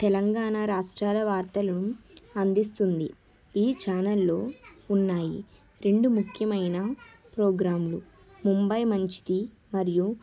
తెలంగాణ రాష్ట్రాల వార్తలను అందిస్తుంది ఈ ఛానళ్లు ఉన్నాయి రెండు ముఖ్యమైన ప్రోగ్రాంలు ముంబై మంచిది మరియు